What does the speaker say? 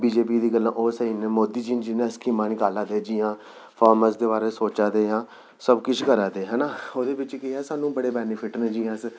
बी J P दियां गल्लां ओह् स्हेई न मोदी जी न जि'यां स्कीमां निकाला दे जि'यां फार्मर दे बारे सोचा दे जां सब किश करा दे ऐ ना ओह्दे बिच केह् ऐ सानूं बड़े बेनिफिट न जि'यां अस